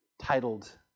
titled